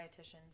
dietitians